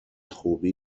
خوبی